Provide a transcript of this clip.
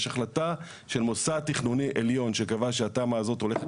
יש החלטה של מוסד תכנוני עליון שקבע שהתמ"א הזאת הולכת